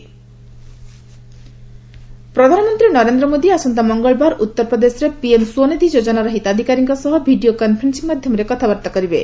PM Svanidhi ପ୍ରଧାନମନ୍ତ୍ରୀ ନରେନ୍ଦ୍ର ମୋଦୀ ଆସନ୍ତା ମଙ୍ଗଳବାର ଉତ୍ତରପ୍ରଦେଶରେ ପିଏମ୍ ସ୍ୱନିଧି ଯୋଜନାର ହିତାଧିକାରୀଙ୍କ ସହ ଭିଡ଼ିଓ କନ୍ଫରେନ୍ନିଂ ମାଧ୍ୟମରେ କଥାବାର୍ତ୍ତା କରିବେ